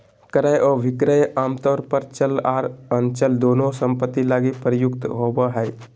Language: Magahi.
क्रय अभिक्रय आमतौर पर चल आर अचल दोनों सम्पत्ति लगी प्रयुक्त होबो हय